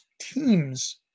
teams